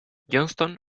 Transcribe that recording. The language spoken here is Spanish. johnston